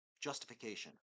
Justification